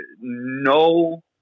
no